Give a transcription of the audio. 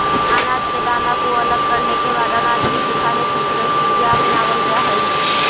अनाज के दाना को अलग करने के बाद अनाज को सुखाने की प्रक्रिया अपनावल जा हई